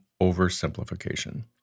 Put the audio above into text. oversimplification